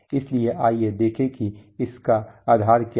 इसलिए आइए देखें कि इसका आधार क्या है